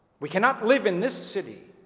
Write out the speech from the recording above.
we cannot live in this city